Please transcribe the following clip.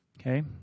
Okay